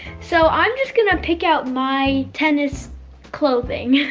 so, i'm just going to pick out my tennis clothing.